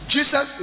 Jesus